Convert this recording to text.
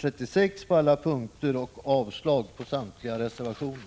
36 på alla punkter och avslag på samtliga reservationer.